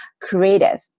creative